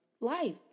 life